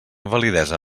validesa